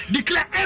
Declare